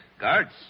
Guards